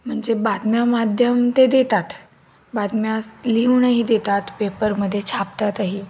म्हणजे बातम्या माध्यम ते देतात बातम्या लिहूनही देतात पेपरमध्ये छापतातही